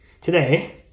today